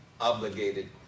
obligated